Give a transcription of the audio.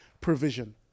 provision